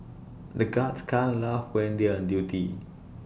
the guards can't laugh when they are on duty